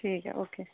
ਠੀਕ ਹੈ ਓਕੇ